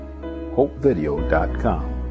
hopevideo.com